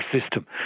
system